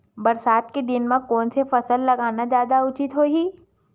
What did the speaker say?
बरसात के दिन म कोन से फसल लगाना जादा उचित होही?